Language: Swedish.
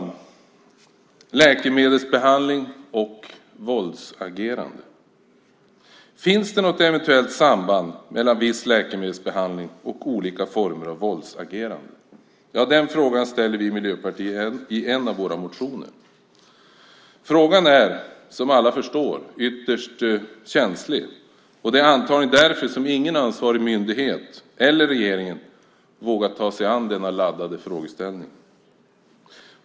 Jag ska nu säga några ord om läkemedelsbehandling och våldsagerande. Finns det något eventuellt samband mellan viss läkemedelsbehandling och olika former av våldsagerande? Den frågan ställer vi i Miljöpartiet i en av våra motioner. Frågan är, som alla förstår, ytterst känslig och det är antagligen därför som ingen ansvarig myndighet eller regeringen har vågat ta sig an denna laddade frågeställning.